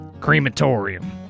crematorium